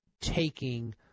taking